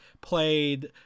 played